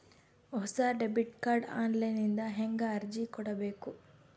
ಹೊಸ debit card online ದಿಂದ ಹೇಂಗ ಅರ್ಜಿ ಕೊಡಬೇಕು?